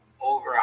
over